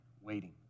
waiting